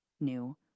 new